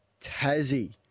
Tassie